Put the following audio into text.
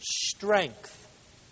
strength